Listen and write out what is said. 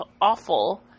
awful